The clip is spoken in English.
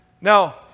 Now